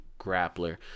grappler